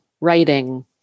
writing